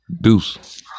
Deuce